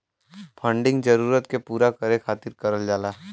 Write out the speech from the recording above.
funding जरूरत के पूरा करे खातिर करल जाला